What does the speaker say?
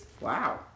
Wow